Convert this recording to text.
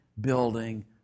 building